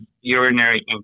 urinary